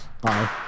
Bye